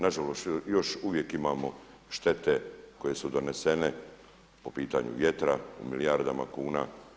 Na žalost još uvijek imamo štete koje su donesene po pitanju vjetra u milijardama kuna.